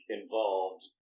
involved